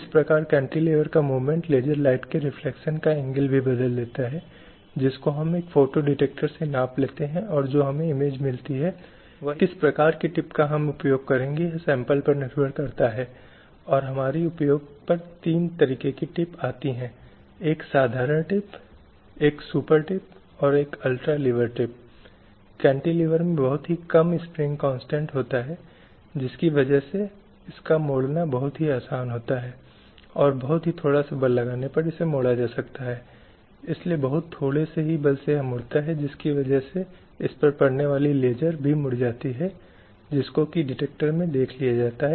इसलिए यह बहुत महत्वपूर्ण है कि महिलाओं को आर्थिक प्रक्रिया में भाग लेने के लिए पर्याप्त अवसर होने चाहिए ताकि वे व्यवसायों को आगे बढ़ा सकें विभिन्न रोजगार प्राप्त कर सकें और यह सुनिश्चित कर सकें कि किसी विशेष पेशे में आगे बढ़ाने की प्रक्रिया में या किसी विशेष क्षेत्र में रोजगार के लिए गारंटी के रूप में सभी अन्य लोगों के जैसे अधिकार मिले हैं अधिकार लाभ विशेषाधिकार किसी भी अन्य के लिए समान होना चाहिए यदि अधिक नहीं तो ये वही है जैसे हमने पहले देखा है जहां वे समान पारिश्रमिक की बात करने की कोशिश करते हैं